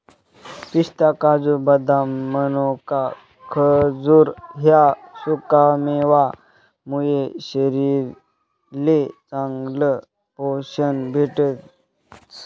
पिस्ता, काजू, बदाम, मनोका, खजूर ह्या सुकामेवा मुये शरीरले चांगलं पोशन भेटस